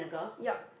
yup